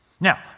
Now